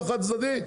לא חד-צדדי,